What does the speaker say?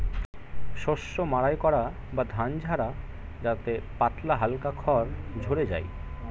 শস্য মাড়াই করা বা ধান ঝাড়া যাতে পাতলা হালকা খড় ঝড়ে যায়